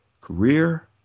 career